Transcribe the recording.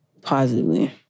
positively